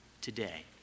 today